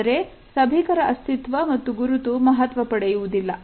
ಆದರೆ ಸಭಿಕರ ಅಸ್ತಿತ್ವ ಮತ್ತು ಗುರುತು ಮಹತ್ವ ಪಡೆಯುವುದಿಲ್ಲ